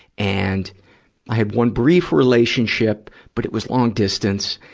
and i had one brief relationship, but it was long-distance.